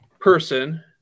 person